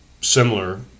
similar